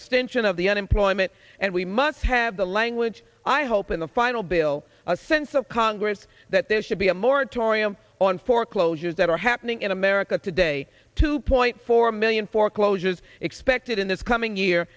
extension of the unemployment and we must have the language i hope in the final bill a sense of congress that there should be a moratorium on foreclosures that are happening in america today two point four million foreclosures expected in this coming year